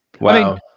Wow